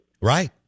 Right